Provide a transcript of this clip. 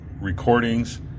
recordings